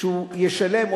שהוא ישלם,